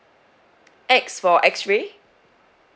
X for X-ray